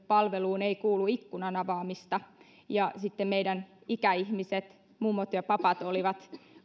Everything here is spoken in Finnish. palveluun ei kuulu ikkunan avaamista ja sitten meidän ikäihmiset mummot ja papat olivat